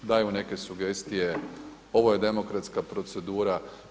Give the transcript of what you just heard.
Dajmo neke sugestije, ovo je demokratska procedura.